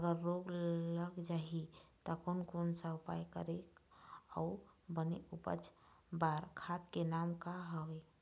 अगर रोग लग जाही ता कोन कौन सा उपाय करें अउ बने उपज बार खाद के नाम का हवे?